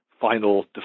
final